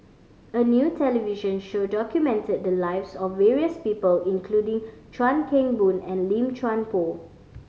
a new television show documented the lives of various people including Chuan Keng Boon and Lim Chuan Poh